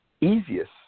easiest